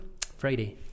Friday